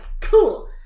cool